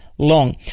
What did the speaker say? long